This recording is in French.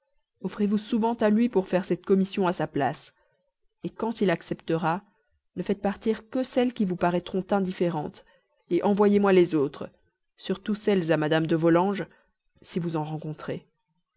offrez vous souvent à lui pour faire cette commission à sa place quand il acceptera ne faites partir que celles qui vous paraîtront indifférentes envoyez-moi les autres surtout celles à mme de volanges si vous en rencontrez